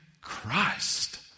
Christ